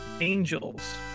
Angels